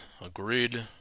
Agreed